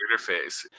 interface